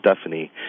Stephanie